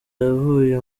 yavuye